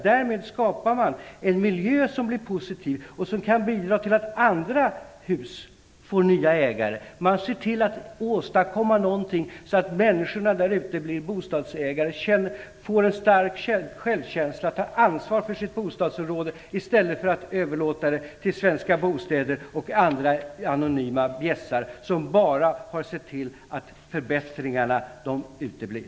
Därmed skapas en positiv miljö, vilket kan bidra till att andra hus får nya ägare. Därigenom åstadkommer man att människorna i dessa områden blir bostadsägare och får en stark självkänsla och tar ansvar för sitt bostadsområde i stället för att överlåta det till Svenska Bostäder och andra anonyma bjässar som bara har sett till att förbättringarna uteblir.